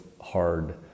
hard